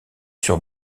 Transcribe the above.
sur